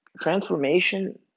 Transformation